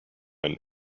and